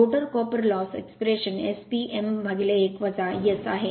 rotor copper loss expression S P m1 S आहे